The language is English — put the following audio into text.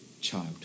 child